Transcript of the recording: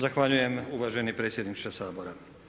Zahvaljujem uvaženi predsjedniče Sabora.